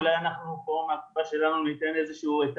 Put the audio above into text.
אולי אנחנו דווקא פה מקופת חולים שלנו ניתן איזה שהוא,